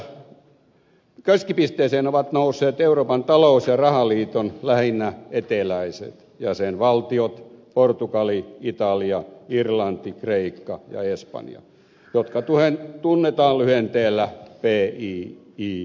nyt huomion keskipisteeseen ovat nousseet lähinnä euroopan talous ja rahaliiton eteläiset jäsenvaltiot portugali italia irlanti kreikka ja espanja jotka tunnetaan lyhenteellä piigs